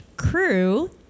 crew